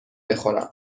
بخورم